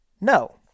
No